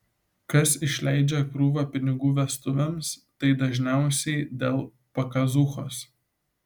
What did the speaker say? kas išleidžia krūvą pinigų vestuvėms tai dažniausiai dėl pakazuchos